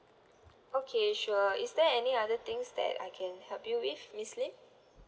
okay sure is there any other things that I can help you with miss lim